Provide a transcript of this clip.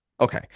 Okay